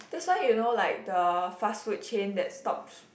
that's why you know like the fast food chain that stops